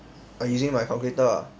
I using my calculator ah